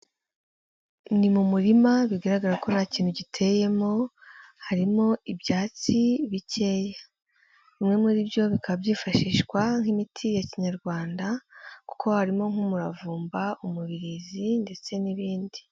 Ni mu murima bigaragara ko nta kintu giteyemo, harimo ibyatsi bikeya, bimwe muri byo bikaba byifashishwa nk'imiti ya kinyarwanda, kuko harimo nk'umuravumba, umubirizi, ndetse n'ibindi.